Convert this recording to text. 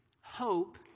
Hope